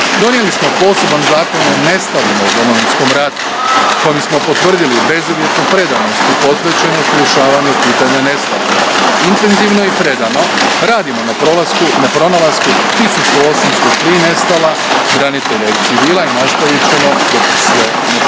Donijeli smo posebni zakon o nestalima u Domovinskom ratu, kojim smo potvrdili bezuvjetnu predanost i posvećenost rješavanju pitanja nestalih. Intenzivno i predano radimo na pronalasku 1803 nestala branitelja i civila i nastavit ćemo sve dok ih sve ne pronađemo.